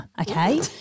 Okay